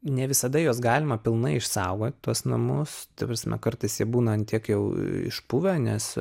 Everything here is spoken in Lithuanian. ne visada juos galima pilnai išsaugot tuos namus ta prasme kartais jie būna ant tiek jau išpuvę nes